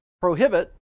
prohibit